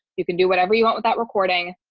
you can do whatever you want without recording,